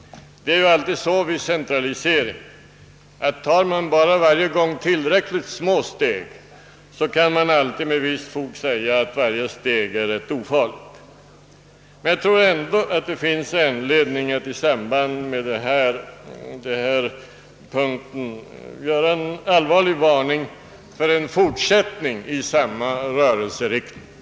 Det är alltid så vid centraliseringar att om man bara varje gång tar tillräckligt små steg kan man med visst fog påstå att varje steg är ganska ofarligt. Jag tror ändå att det finns anledning att i detta sammanhang allvarligt varna för en fortsättning i samma rörelseriktning.